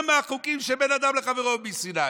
גם החוקים שבין אדם לחברו מסיני.